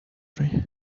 robbery